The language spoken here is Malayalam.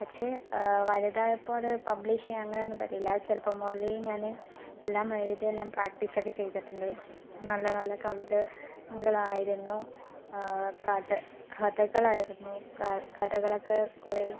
പക്ഷേ വലുതായപ്പോൾ അത് പബ്ലിഷ് ചെയ്യാൻ അങ്ങനെയൊന്നും പറ്റിയില്ല ചെറുപ്പം മുതലേ ഞാൻ എല്ലാം എഴുതി എല്ലാം പ്രാക്ടീസൊക്കെ ചെയ്തിട്ടുണ്ട് നല്ല നല്ല കവിതകളായിരുന്നു കഥ കഥകളായിരുന്നു കഥകളൊക്കെ കുറേ